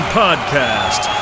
podcast